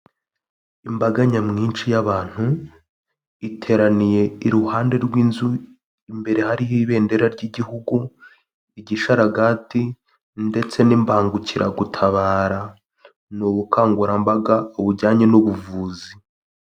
Imbaga nyamwinshi y'abantu iteraniye iruhande rw'inzu imbere hariho ibendera ry'igihugu, igishararaga ndetse n'imbangukiragutabara, ni ubukangurambaga bujyanye n'ubuvuzi.